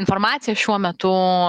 informacija šiuo metu